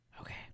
Okay